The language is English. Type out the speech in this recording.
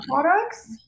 products